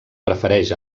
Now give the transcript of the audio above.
prefereix